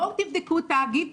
בואו תבדקו תאגיד,